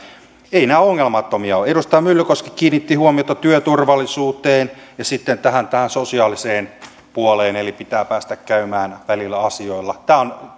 eivät nämä ongelmattomia ole edustaja myllykoski kiinnitti huomiota työturvallisuuteen ja sitten tähän tähän sosiaaliseen puoleen eli pitää päästä käymään välillä asioilla tämä on